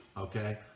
Okay